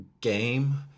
game